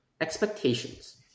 Expectations